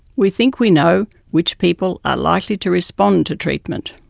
we think we know which people are likely to respond to treatment.